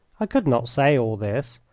i could not say all this.